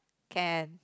can